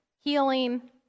healing